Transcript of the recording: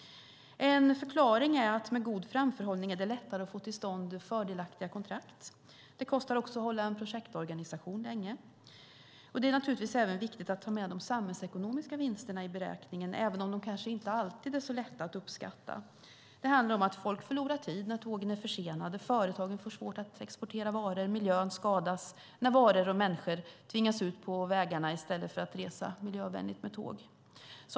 En förklaring är att det med god framförhållning är lättare att få till stånd fördelaktiga kontrakt. Det kostar också att hålla en projektorganisation länge. Naturligtvis är det även viktigt att ta med de samhällsekonomiska vinsterna i beräkningen, även om de kanske inte alltid är så lätta att uppskatta. Folk förlorar tid när tågen är försenade. Företagen får svårt att exportera varor. Miljön skadas när varor och människor tvingas ut på vägarna i stället för att färdas miljövänligt med tåg.